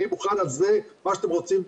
אני מוכן על זה, מה שאתם רוצים,